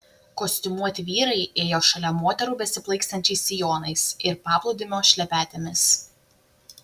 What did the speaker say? kostiumuoti vyrai ėjo šalia moterų besiplaikstančiais sijonais ir paplūdimio šlepetėmis